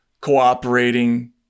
cooperating